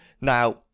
now